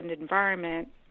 environment